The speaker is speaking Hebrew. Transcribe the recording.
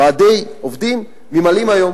ועדי עובדים ממלאים היום